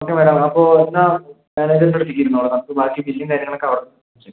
okay madam അപ്പോൾ എന്നാൽ മാനേജറിൻ്റെ അടുത്തേക്ക് ഇരുന്നോളൂ നമുക്ക് ബാക്കി ബില്ലും കാര്യങ്ങളൊക്കെ അവിടെ നിന്ന് ചെയ്യും